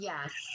Yes